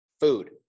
Food